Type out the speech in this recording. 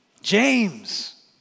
James